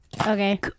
Okay